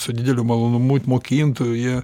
su dideliu malonumu mokintų jie